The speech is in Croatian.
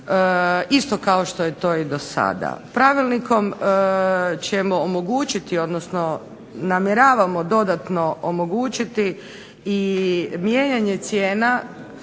isto kao što je to do sada. Pravilnikom ćemo omogućiti odnosno namjeravamo dodatno omogućiti i mijenjanje cijena,